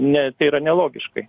ne tai yra nelogiškai